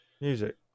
music